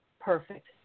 Perfect